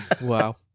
wow